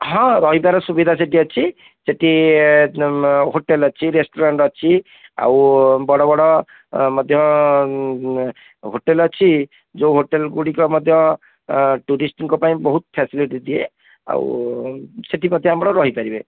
ହଁ ରହିବାର ସୁବିଧା ସେଠି ଅଛି ସେଠି ହୋଟେଲ ଅଛି ରେଷ୍ଟୁରାଣ୍ଟ ଅଛି ଆଉ ବଡ଼ ବଡ଼ ମଧ୍ୟ ହୋଟେଲ ଅଛି ଯେଉଁ ହୋଟେଲଗୁଡ଼ିକ ମଧ୍ୟ ଟୁରିଷ୍ଟଙ୍କ ପାଇଁ ବହୁତ ଫାସିଲିଟି ଦିଏ ଆଉ ଆଉ ସେଠି ମଧ୍ୟ ଆପଣ ରହିପାରିବେ